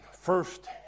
first